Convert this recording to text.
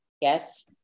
yes